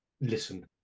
listen